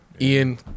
Ian